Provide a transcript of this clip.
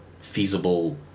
feasible